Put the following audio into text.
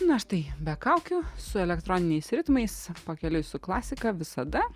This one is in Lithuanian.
na štai be kaukių su elektroniniais ritmais pakeliui su klasika visada